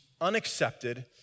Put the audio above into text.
unaccepted